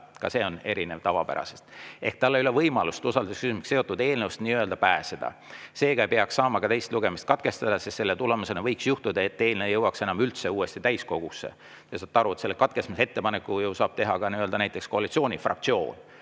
Ka see on erinev tavapärasest ehk tal ei ole võimalust usaldusküsimusega seotud eelnõust nii-öelda pääseda. Seega ei peaks saama ka teist lugemist katkestada, sest selle tulemusena võiks juhtuda, et eelnõu ei jõuaks enam üldse uuesti täiskogusse. Te saate aru, et selle katkestamise ettepaneku saab teha ka näiteks koalitsiooni fraktsioon.